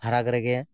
ᱯᱷᱟᱨᱟᱠ ᱨᱮᱜᱮ